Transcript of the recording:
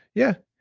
yeah.